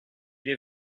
est